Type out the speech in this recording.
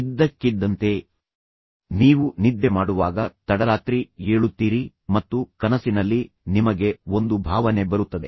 ಇದ್ದಕ್ಕಿದ್ದಂತೆ ನೀವು ನಿದ್ದೆ ಮಾಡುವಾಗ ತಡರಾತ್ರಿ ಏಳುತ್ತೀರಿ ಮತ್ತು ಕನಸಿನಲ್ಲಿ ನಿಮಗೆ ಒಂದು ಭಾವನೆ ಬರುತ್ತದೆ